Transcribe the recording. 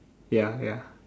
ya ya